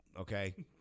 okay